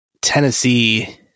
Tennessee